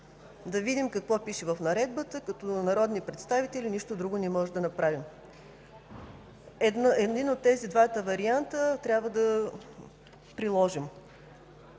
да видим какво пише в наредбата като народни представители, нищо друго не можем да направим. Един от тези два варианта трябва да приложим.